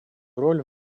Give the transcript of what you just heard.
роль